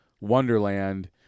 wonderland